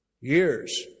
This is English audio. Years